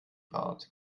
bart